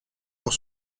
pour